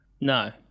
No